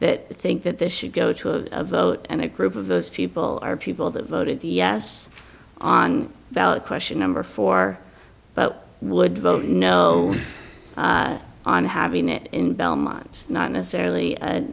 that think that this should go to a vote and a group of those people are people that voted yes on the ballot question number four but would vote no on having it in belmont not necessarily